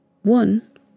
One